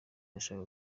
irashaka